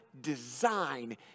design